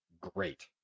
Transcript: great